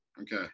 Okay